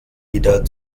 wieder